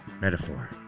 Metaphor